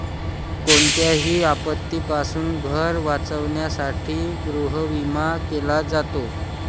कोणत्याही आपत्तीपासून घर वाचवण्यासाठी गृहविमा केला जातो